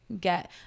get